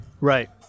Right